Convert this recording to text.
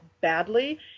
badly